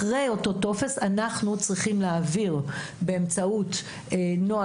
אחרי אותו טופס אנחנו צריכים להעביר באמצעות נוהל